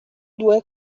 due